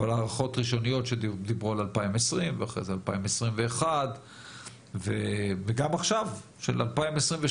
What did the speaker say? אבל הערכות ראשוניות שדיברו על 2020 ואחרי זה 2021 וגם עכשיו של 2022,